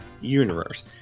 Universe